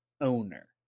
owner